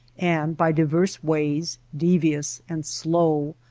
and by divers ways, devious and slow,